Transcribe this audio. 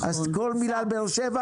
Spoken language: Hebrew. אז כל מילה על באר שבע